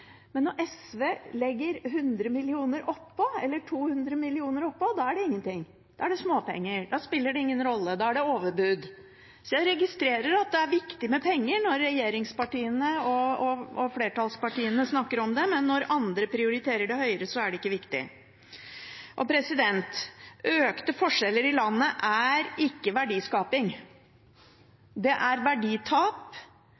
Men når SV legger 100 eller 200 millioner oppå, da er det ingenting. Da er det småpenger, da spiller det ingen rolle, da er det overbud. Jeg registrerer at det er viktig med penger når regjeringspartiene og flertallspartiene snakker om det, men når andre prioriterer det høyere, er det ikke viktig. Økte forskjeller i landet er ikke